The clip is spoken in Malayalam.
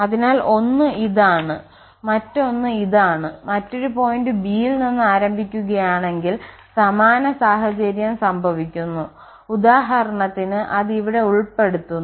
അതിനാൽ ഒന്ന് ഇതാണ് മറ്റൊന്ന് ഇതാണ് മറ്റൊരു പോയിന്റ് b യിൽ നിന്ന് ആരംഭിക്കുകയാണെങ്കിൽ സമാന സാഹചര്യം സംഭവിക്കുന്നു ഉദാഹരണത്തിന് അത് ഇവിടെ ഉൾപെടുത്തുന്നു